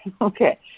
okay